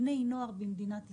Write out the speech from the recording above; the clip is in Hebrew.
בני נוער במדינת ישראל,